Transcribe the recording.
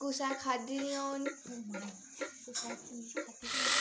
कुसै खाद्धी दियां होन